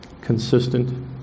consistent